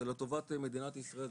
זה לטובת מדינת ישראל,